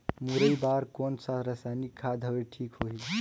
मुरई बार कोन सा रसायनिक खाद हवे ठीक होही?